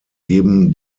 geben